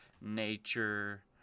nature